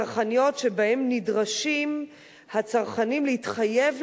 הצרכניות שבהן נדרשים הצרכנים להתחייב